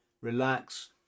Relax